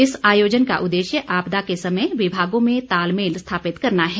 इस आयोजन का उद्देश्य आपदा के समय विभागों में तालमेल स्थापित करना है